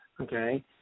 Okay